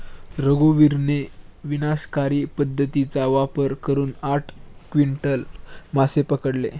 रघुवीरने विनाशकारी पद्धतीचा वापर करून आठ क्विंटल मासे पकडले